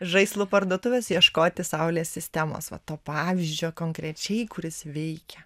žaislų parduotuves ieškoti saulės sistemos va to pavyzdžio konkrečiai kuris veikia